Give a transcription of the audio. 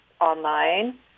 online